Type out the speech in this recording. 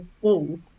wall